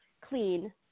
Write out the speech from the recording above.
clean